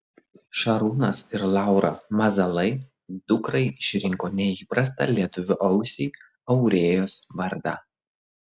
šarūnas ir laura mazalai dukrai išrinko neįprastą lietuvio ausiai aurėjos vardą